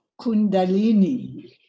kundalini